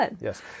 Yes